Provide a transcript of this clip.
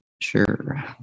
Sure